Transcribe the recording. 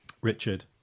Richard